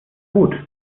gut